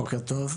בוקר טוב.